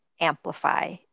amplify